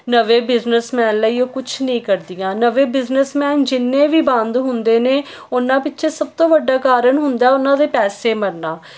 ਨਵੇਂ businessman ਲਈ ਉਹ ਕੁਛ ਨਹੀਂ ਕਰਦੀਆਂ ਨਵੇਂ ਬਿਜਨਸ ਮੈਨ ਜਿੰਨੇ ਵੀ ਬੰਦ ਹੁੰਦੇ ਨੇ ਉਹਨਾਂ ਪਿੱਛੇ ਸਭ ਤੋਂ ਵੱਡਾ ਕਾਰਨ ਹੁੰਦਾ ਉਹਨਾਂ ਦੇ ਪੈਸੇ ਮਰਨਾ